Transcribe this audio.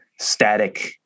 static